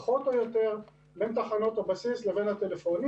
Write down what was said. פחות או יותר, בין תחנות הבסיס לבין הטלפונים.